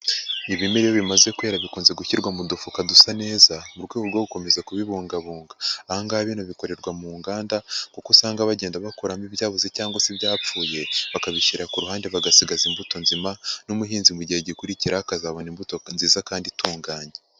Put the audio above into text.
Ibimera iyo bimaze kwera bikunze gushyirwa mu dufuka dusa neza mu rwego rwo gukomeza kubibungabunga. Ahangaha bino bikorerwa mu nganda kuko usanga bagenda bakuramo ibyaboze cyangwa se ibyapfuye bakabishyira ku ruhande bagasigaza imbuto nzima n'umuhinzi mu gihe gikurikira akazabona imbuto nziza kandi itunganye.